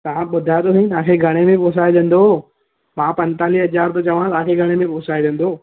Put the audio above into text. तव्हां ॿुधायो त सही तव्हां खे घणे में पोसाइजंदो मां पंजतालीह हज़ार थो चयां तव्हां खे घणे में पोसाइजंदो